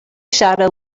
shadow